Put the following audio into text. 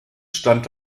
stand